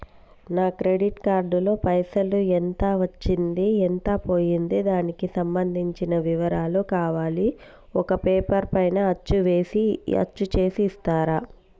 నా credit card లో పైసలు ఎంత వచ్చింది ఎంత పోయింది దానికి సంబంధించిన వివరాలు కావాలి ఒక పేపర్ పైన అచ్చు చేసి ఇస్తరా?